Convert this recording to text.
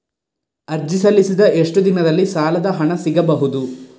ಅರ್ಜಿ ಸಲ್ಲಿಸಿದ ಎಷ್ಟು ದಿನದಲ್ಲಿ ಸಾಲದ ಹಣ ಸಿಗಬಹುದು?